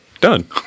Done